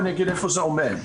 ואגיד איפה זה עומד.